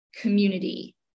community